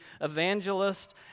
evangelist